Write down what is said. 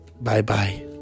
Bye-bye